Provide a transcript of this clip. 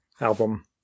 album